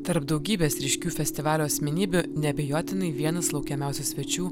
tarp daugybės ryškių festivalio asmenybių neabejotinai vienas laukiamiausių svečių